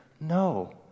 No